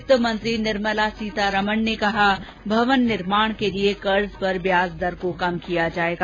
वित्तमंत्री निर्मला सीतारमण ने कहा भवन निर्माण के लिए कर्ज पर ब्याज दर को कम किया जायेगा